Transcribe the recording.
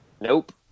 Nope